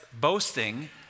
boasting